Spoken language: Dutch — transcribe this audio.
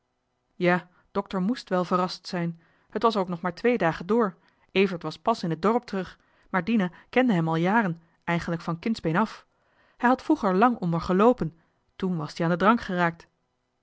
ja dokter moest wel verrast zijn het was er ook nog maar twee dagen door evert was pas in het dorp terug maar dina kende hem al jaren eigenlijk van kindsbeen af hij had vroeger lang om er geloopen toen was t ie aan den drank geraakt